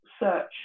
search